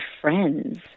friends